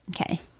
Okay